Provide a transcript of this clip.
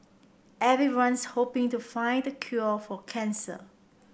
everyone's hoping to find the cure for cancer